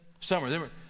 summer